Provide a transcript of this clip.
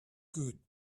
good